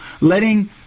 letting